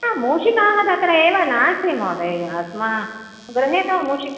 न मूषिकाः तत्र एव नास्ति महोदय अस्मद् गृहे तु मूषिकाः